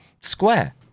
square